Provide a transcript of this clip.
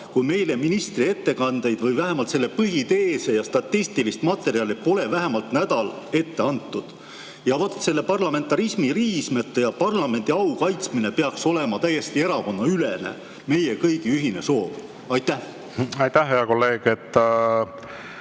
kuni meile ministri ettekannet või vähemalt selle põhiteese ja statistilist materjali pole vähemalt nädal varem kätte antud. Ja vaat selle parlamentarismi riismete ja parlamendi au kaitsmine peaks olema täiesti erakondadeülene, meie kõigi ühine soov. Aitäh, härra esimees! Mul